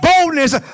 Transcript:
boldness